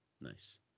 nice